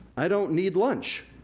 i don't need lunch.